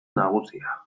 nagusia